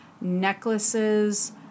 Necklaces